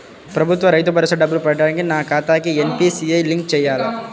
ప్రభుత్వ రైతు భరోసా డబ్బులు పడటానికి నా ఖాతాకి ఎన్.పీ.సి.ఐ లింక్ చేయాలా?